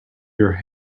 your